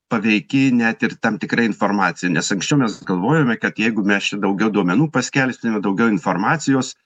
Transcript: paveiki net ir tam tikra informacija nes anksčiau mes galvojome kad jeigu mes čia daugiau duomenų paskelbsime daugiau informacijos